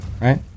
right